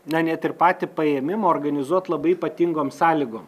na net ir patį paėmimo organizuot labai ypatingom sąlygom